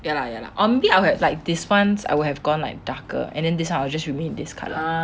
ya lah ya lah or maybe I'll have like this [one] I would have gone like darker and then this will just remain this colour